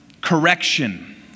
correction